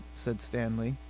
said stanley.